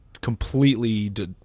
completely